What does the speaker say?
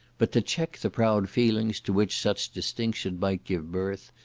but to check the proud feelings to which such distinction might give birth,